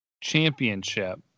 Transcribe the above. championship